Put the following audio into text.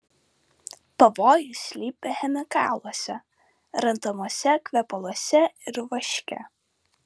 pavojus slypi chemikaluose randamuose kvepaluose ir vaške